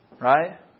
Right